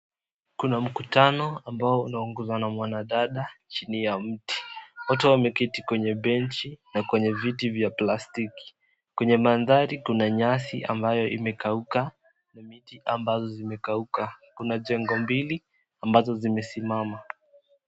Kuna mkutano ambao unaongozwa na mwanadada chini ya mti. Watoto wameketi kwenye bench na kwenye viti vya plastiki. Kwenye mandhari kuna nyasi ambayo imekauka na miti ambazo zimekauka. Kuna jengo mbili ambazo zimesimama.